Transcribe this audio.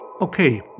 Okay